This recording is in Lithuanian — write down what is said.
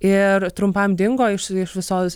ir trumpam dingo iš iš visos